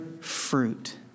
fruit